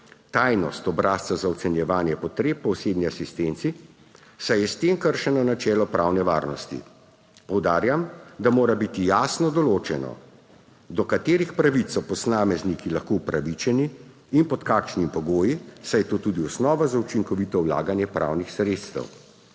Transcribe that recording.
tajnost obrazca za ocenjevanje potreb po osebni asistenci, saj je s tem kršeno načelo pravne varnosti. Poudarjam, da mora biti jasno določeno, do katerih pravic so posamezniki lahko upravičeni in pod kakšnimi pogoji, saj je to tudi osnova za učinkovito vlaganje pravnih sredstev.